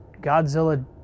Godzilla